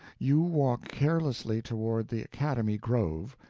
you walk carelessly toward the academy grove,